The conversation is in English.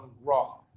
raw